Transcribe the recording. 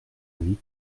avis